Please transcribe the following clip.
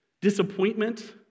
Disappointment